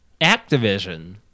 Activision